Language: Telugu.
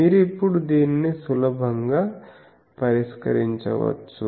మీరు ఇప్పుడు దీనిని సులభంగా పరిష్కరించవచ్చు